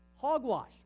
Hogwash